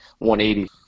180